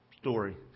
story